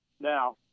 Now